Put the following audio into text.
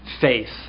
faith